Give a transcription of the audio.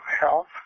health